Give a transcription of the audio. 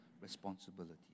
responsibility